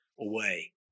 away